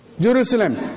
Jerusalem